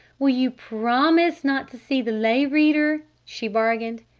will you promise not to see the lay reader? she bargained.